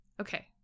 Okay